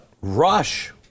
Rush